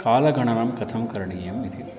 कालगणनं कथं करणीयम् इति